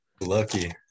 Lucky